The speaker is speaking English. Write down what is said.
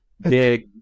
big